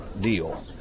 deal